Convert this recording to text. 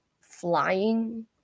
flying